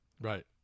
Right